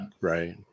Right